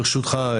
ברשותך,